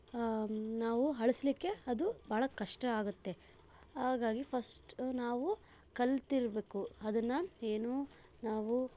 ನಾವು ಅಳಿಸ್ಲಿಕ್ಕೆ ಅದು ಬಹಳ ಕಷ್ಟ ಆಗತ್ತೆ ಹಾಗಾಗಿ ಫಸ್ಟ ನಾವು ಕಲಿತಿರ್ಬೇಕು ಅದನ್ನು ಏನು ನಾವು